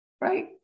right